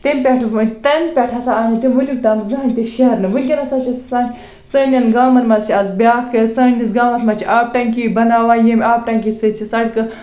تٔمۍ پٮ۪ٹھٕ وٕ تٔمۍ پٮ۪ٹھ ہسا آیہِ نہٕ تِم وٕنیُک تام زٕہۭنۍ تہِ شیٚہرنہٕ وٕنۍکٮ۪نَس ہسا چھِ سَن سٲنٮ۪ن گامَن منٛز چھِ آز بیٛاکھ سٲنِس گامَس منٛز چھِ آبہٕ ٹٮ۪نٛکی بناوان ییٚمہِ آب ٹٮ۪نٛکی سۭتۍ چھِ سڑکہٕ